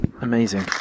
Amazing